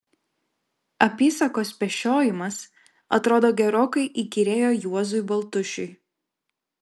apysakos pešiojimas atrodo gerokai įkyrėjo juozui baltušiui